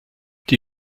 die